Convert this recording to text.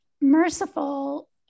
merciful